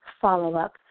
follow-up